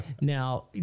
Now